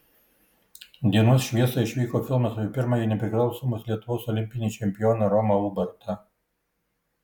dienos šviesą išvyko filmas apie pirmąjį nepriklausomos lietuvos olimpinį čempioną romą ubartą